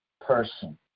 person